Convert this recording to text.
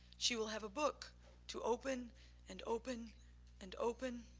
she will have a book to open and open and open,